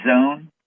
zone